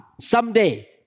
someday